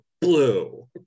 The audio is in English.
blue